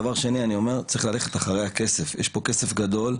דבר שני, צריך ללכת אחרי הכסף יש פה כסף גדול.